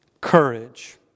courage